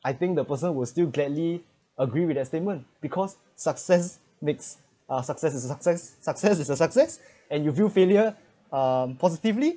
I think the person will still gladly agree with that statement because success makes uh success is success success is a success and you feel failure um positively